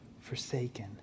forsaken